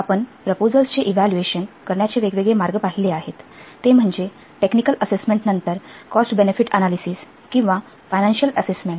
आपण प्रपोझल्सचे इव्हॅल्युएशन करण्याचे वेगवेगळे मार्ग पाहिले आहेत ते म्हणजे टेकनिकलअससेसमेंट नंतर कॉस्ट बेनेफिट अनालिसिस किंवा फाईनान्शियल असेसमेंट